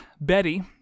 Betty